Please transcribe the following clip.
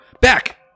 back